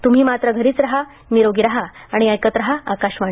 त्म्ही मात्र घरीच रहा निरोगी रहा आणि ऐकत रहा आकाशवाणी